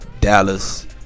Dallas